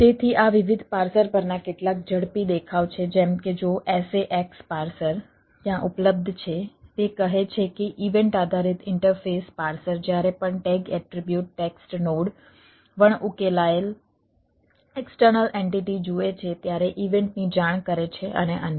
તેથી આ વિવિધ પાર્સર પરના કેટલાક ઝડપી દેખાવ છે જેમ કે જો SAX પાર્સર ત્યાં ઉપલબ્ધ છે તે કહે છે કે ઇવેન્ટ આધારિત ઇન્ટરફેસ પાર્સર જ્યારે પણ ટેગ એન્ટિટી જુએ છે ત્યારે ઇવેન્ટની જાણ કરે છે અને અન્ય